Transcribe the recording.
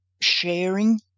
sharing